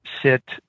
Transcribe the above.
sit